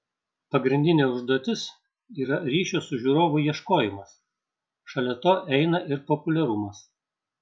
pagrindinė užduotis yra ryšio su žiūrovu ieškojimas šalia to eina ir populiarumas